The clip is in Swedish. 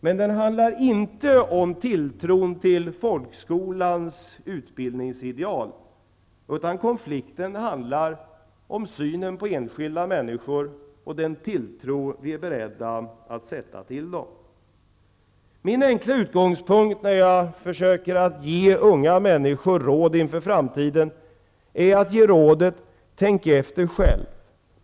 Den handlar emellertid inte om tilltron till folkskolans utbildningsideal, utan om synen på enskilda människor och om tilltron som vi är beredda att sätta till dem. Min enkla utgångspunkt när jag försöker ge unga människor råd inför framtiden är att man bör tänka efter själv.